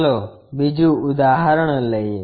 ચાલો બીજું ઉદાહરણ લઈએ